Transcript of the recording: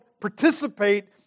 participate